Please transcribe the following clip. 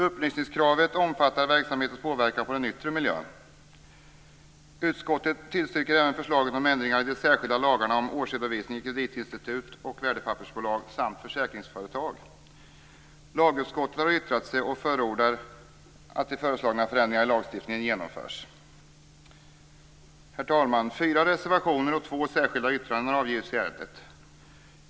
Upplysningskravet omfattar verksamheter som påverkar den yttre miljön. Utskottet tillstyrker även förslaget om ändringar i de särskilda lagarna om årsredovisning för kreditinstitut, värdepappersbolag och försäkringsföretag. Lagutskottet har yttrat sig och förordar att de föreslagna förändringarna i lagstiftningen genomförs. Herr talman! Fyra reservationer och två särskilda yttranden har avgetts.